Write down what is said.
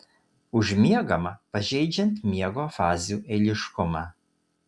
užmiegama pažeidžiant miego fazių eiliškumą